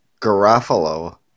Garofalo